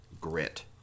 grit